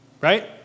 right